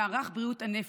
למערך בריאות הנפש,